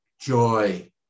joy